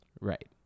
Right